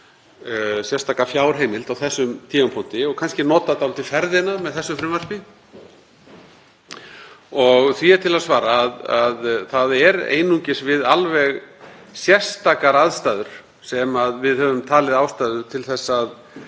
sérstaka fjárheimild á þessum tímapunkti og nota þá kannski ferðina með þessu frumvarpi. Því er til að svara að það er einungis við alveg sérstakar aðstæður sem við höfum talið ástæðu til að